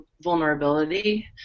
vulnerability